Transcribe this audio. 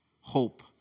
hope